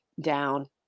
down